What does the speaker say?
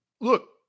Look